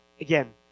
Again